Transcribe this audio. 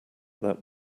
that